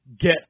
get